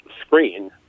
screen